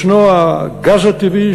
יש הגז הטבעי,